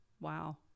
Wow